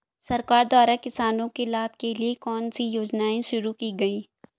सरकार द्वारा किसानों के लाभ के लिए कौन सी योजनाएँ शुरू की गईं?